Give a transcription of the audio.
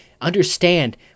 understand